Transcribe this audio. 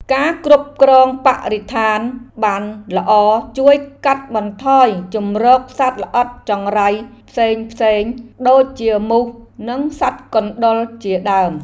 ការគ្រប់គ្រងបរិស្ថានបានល្អជួយកាត់បន្ថយជម្រកសត្វល្អិតចង្រៃផ្សេងៗដូចជាមូសនិងសត្វកណ្តុរជាដើម។